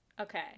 Okay